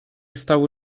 stało